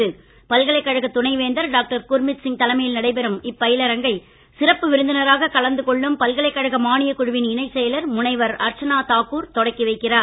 பல்கலைக்கழக துணைவேந்தர் டாக்டர் குர்மித் சிங் தலைமையில் நடைபெறும் இப்பயிலரங்கை சிறப்பு விருந்தினராக கலந்துகொள்ளும் பல்கலைக்கழக மானியக்குழுவின் இணைச்செயலர் முனைவர் அர்ச்சனா தாக்கூர் தொடங்கி வைக்கிறார்